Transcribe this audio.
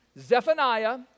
Zephaniah